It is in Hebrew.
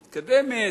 מתקדמת,